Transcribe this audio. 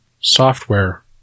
software